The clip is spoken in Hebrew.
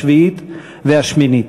השביעית והשמינית.